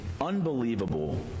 unbelievable